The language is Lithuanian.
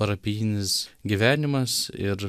parapijinis gyvenimas ir